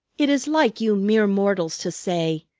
it is like you mere mortals to say,